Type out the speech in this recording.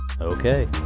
Okay